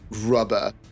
rubber